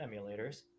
emulators